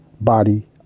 Body